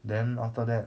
then after that